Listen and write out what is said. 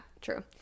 true